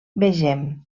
vegem